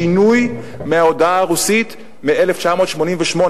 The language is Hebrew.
שינוי מההודעה הרוסית מ-1988,